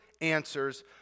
answers